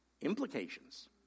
implications